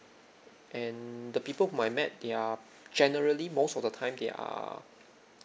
and the people who I met they're generally most of the time they are